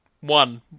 One